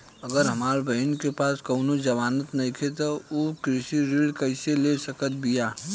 अगर हमार बहिन के पास कउनों जमानत नइखें त उ कृषि ऋण कइसे ले सकत बिया?